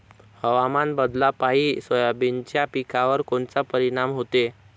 हवामान बदलापायी सोयाबीनच्या पिकावर कोनचा परिणाम होते?